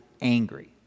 angry